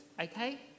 okay